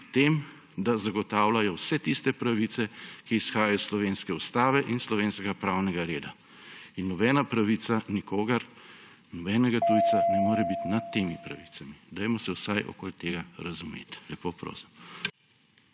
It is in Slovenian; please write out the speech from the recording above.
v tem, da zagotavljajo vse tiste pravice, ki izhajajo iz slovenske ustave in slovenskega pravnega reda. In nobena pravica nikogar, nobenega tujca ne more biti nad temi pravicami. Dajmo se vsaj okoli tega razumeti, lepo prosim.